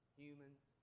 humans